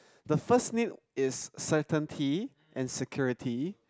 the first need is certainty and security